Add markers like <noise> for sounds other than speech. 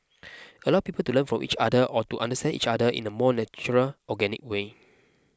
<noise> allow people to learn from each other or to understand each other in a more natural organic way